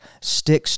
sticks